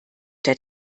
der